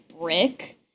brick